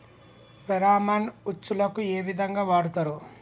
Pheromone ఉచ్చులకు ఏ విధంగా వాడుతరు?